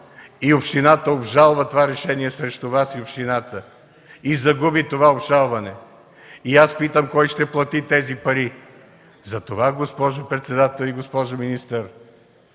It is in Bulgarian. Общината обжалва решението срещу Вас и общината, и загуби това обжалване. Аз питам кой ще плати тези пари? Затова, госпожо председател и госпожо министър,